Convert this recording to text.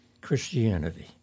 Christianity